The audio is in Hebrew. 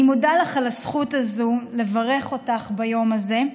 אני מודה לך על הזכות הזאת לברך אותך ביום הזה.